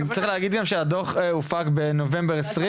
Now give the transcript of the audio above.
צריך להגיד גם שהדו"ח הופק בנובמבר 2020,